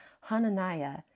Hananiah